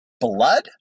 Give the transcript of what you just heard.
blood